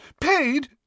paid